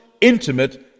intimate